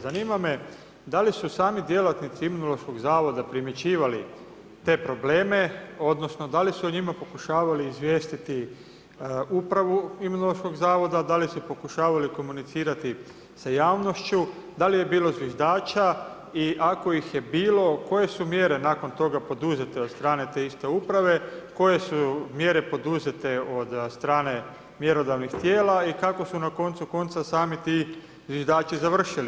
Zanima me da li su sami djelatnici Imunološkog zavoda primjećivali te probleme odnosno da li su o njima pokušavali izvijestiti Upravu Imunološkog zavoda, da li su pokušavali komunicirati sa javnošću, da li je bilo zviždača i ako ih je bilo, koje su mjere nakon toga poduzete od strane te iste Uprave, koje su mjere poduzete od strane mjerodavnih tijela i kako su na koncu-konca sami ti zviždači završili.